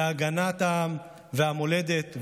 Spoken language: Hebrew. להגנת העם והמולדת,